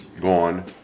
gone